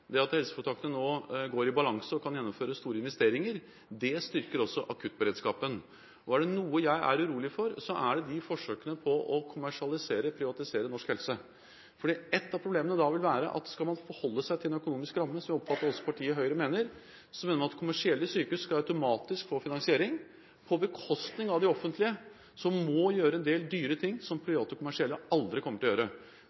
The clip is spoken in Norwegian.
at helseforetakene nå går i balanse og kan gjennomføre store investeringer, styrker også akuttberedskapen. Er det noe jeg er urolig for, er det forsøkene på å kommersialisere/privatisere norsk helse. Et av problemene vil da være: Skal man forholde seg til en økonomisk ramme, som jeg oppfatter at også partiet Høyre mener, mener man at kommersielle sykehus automatisk skal få finansiering, på bekostning av de offentlige, som må gjøre en del dyre ting, som